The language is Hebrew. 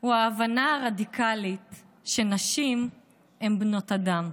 הוא ההבנה הרדיקלית שנשים הן בנות אדם".